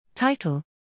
Title